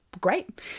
great